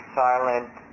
silent